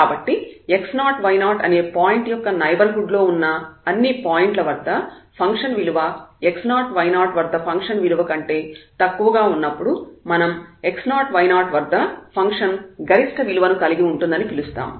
కాబట్టి x0 y0 అనే point యొక్క నైబర్హుడ్ లో ఉన్న అన్ని పాయింట్ల వద్ద ఫంక్షన్ విలువ x0 y0 వద్ద ఫంక్షన్ విలువ కంటే తక్కువగా ఉన్నప్పుడు మనం x0 y0 వద్ద ఫంక్షన్ గరిష్ట విలువ ను కలిగి ఉంటుందని పిలుస్తాము